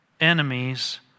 enemies